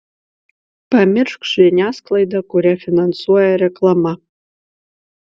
pamiršk žiniasklaidą kurią finansuoja reklama